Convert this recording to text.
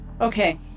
okay